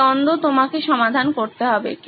এই দ্বন্দ্ব তোমাকে সমাধান করতে হবে